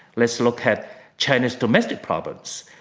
let's look at china's domestic problems.